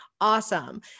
Awesome